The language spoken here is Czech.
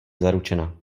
zaručena